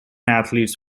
athletes